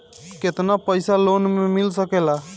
केतना पाइसा लोन में मिल सकेला?